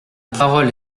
parole